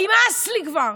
נמאס לי כבר.